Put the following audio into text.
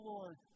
Lord